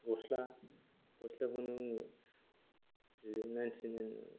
गस्ला गस्लाखौ नोङो जेरै नाइन्टिनाइननि